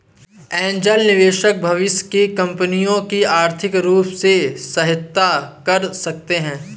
angel निवेशक भविष्य की कंपनियों की आर्थिक रूप से सहायता कर सकते हैं